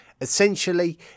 Essentially